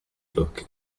book